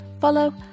follow